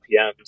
PMs